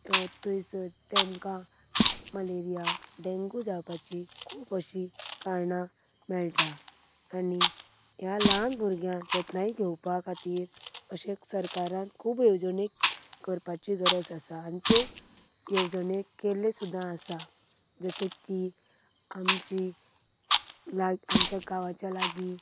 थंयसर तांकां malaria dengue जावपाची खूब अशीं कारणां मेळटात आनी ह्या ल्हान भुरग्यांक जतनाय घेवपा खातीर अशें सरकारान खूब येवजणी करपाची गरज आसा आनी त्यो येवजण्यो केल्ल्यो सुद्दां आसा जशें की आमची ला आमच्या गांवच्या लागीं